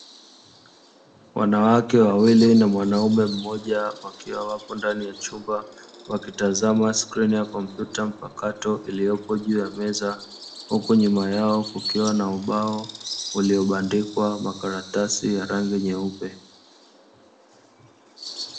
Wanawake wawili na mwanaume mmoja wakiwa wapo ndani ya chumba, wakitazama skrini ya kompyuta mpakato iliyopo juu ya meza, huku nyuma yao kukiwa na ubao uliobandikwa makaratasi ya rangi nyeupe.